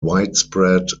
widespread